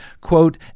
quote